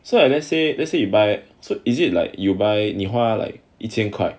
so like let's say let's say you buy so is it like you buy 你花 like 一千块